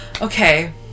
Okay